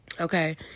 Okay